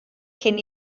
cyn